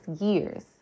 years